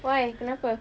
why kenapa